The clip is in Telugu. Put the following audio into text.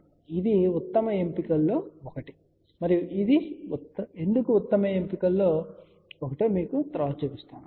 కాబట్టి ఇది ఉత్తమ ఎంపికలలో ఒకటి మరియు ఇవి ఎందుకు ఉత్తమ ఎంపికలో మీకు తరువాత చూపిస్తాను